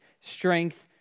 strength